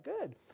good